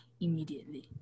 immediately